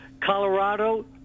Colorado